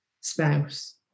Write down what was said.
spouse